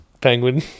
penguin